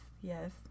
yes